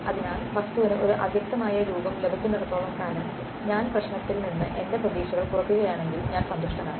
അതിനാൽ വസ്തുവിന് ഒരു അവ്യക്തമായ രൂപം ലഭിക്കുന്നിടത്തോളം കാലം ഞാൻ പ്രശ്നത്തിൽ നിന്ന് എന്റെ പ്രതീക്ഷകൾ കുറയ്ക്കുകയാണെങ്കിൽ ഞാൻ സന്തുഷ്ടനാണ്